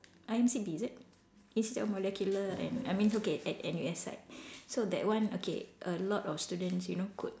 I_M_C_B is it institute of molecular and I mean okay at N_U_S side so that one okay a lot of students you know could